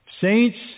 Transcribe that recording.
Saints